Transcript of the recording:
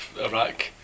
Iraq